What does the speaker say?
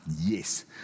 Yes